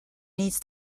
needs